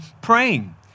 praying